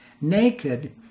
naked